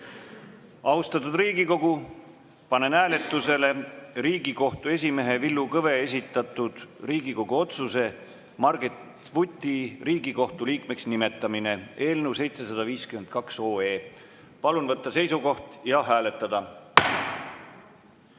Austatud Riigikogu, panen hääletusele Riigikohtu esimehe Villu Kõve esitatud Riigikogu otsuse "Margit Vuti Riigikohtu liikmeks nimetamine" eelnõu 752. Palun võtta seisukoht ja hääletada!